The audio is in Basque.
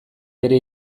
bere